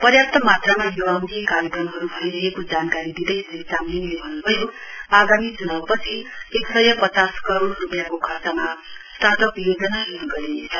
पर्याप्त मात्रामा युवामुखी कार्यक्रमहरू भइरहेको जानकारी दिँदै श्री चामलिङले भन्न् भयो आगामी चुनाउपछि एकसय पचास करोड रूपियाँको खर्चमा स्टार्ट अप योजना श्रू गरिनेछ